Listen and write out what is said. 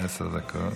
עשר דקות.